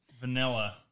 vanilla